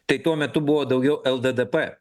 tai tuo metu buvo daugiau lddp